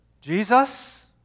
Jesus